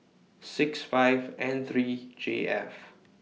six five N three J F